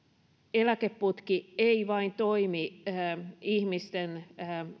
eläkeputki ei toimi ihmisten